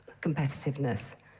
competitiveness